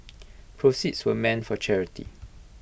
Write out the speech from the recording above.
proceeds were meant for charity